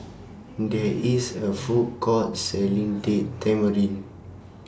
There IS A Food Court Selling Date Tamarind